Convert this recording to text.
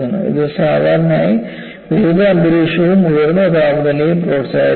ഇത് സാധാരണയായി വിരുദ്ധ അന്തരീക്ഷവും ഉയർന്ന താപനിലയും പ്രോത്സാഹിപ്പിക്കുന്നു